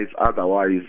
otherwise